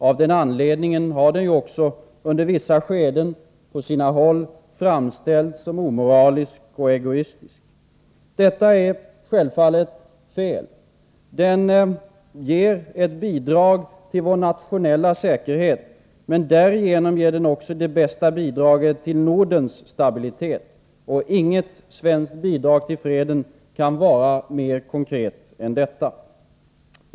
Av den anledningen har den under vissa skeden på sina håll framställts som omoralisk och egoistisk. Detta är självfallet fel. Den ger ett bidrag till vår nationella säkerhet. Men därigenom ger den också det bästa bidraget till Nordens stabilitet. Inget svenskt bidrag till freden kan vara mer konkret än detta.